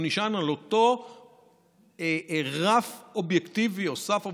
הוא נשען על אותו רף אובייקטיבי או סף אובייקטיבי,